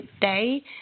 day